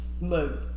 look